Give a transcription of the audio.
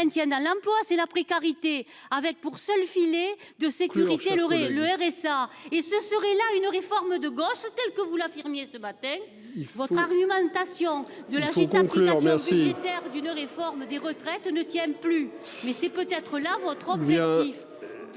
le maintiennent à l'emploi, c'est la précarité, avec pour seul filet de sécurité le le RSA et ce serait là une réforme de gauche telle que vous l'infirmier ce matin votre argumentation de la Chine. Merci. D'une réforme des retraites ne tient plus. Mais c'est peut-être là votre objectif.